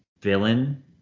villain